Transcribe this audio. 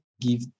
give